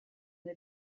est